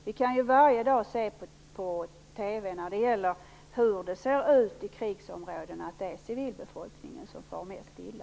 Vi kan ju varje dag se på TV hur det ser ut i krigsområdena, nämligen att det är civilbefolkningen som far mest illa.